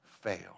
fail